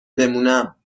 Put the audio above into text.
بمونم